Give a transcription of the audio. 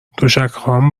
تشکهام